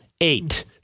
Eight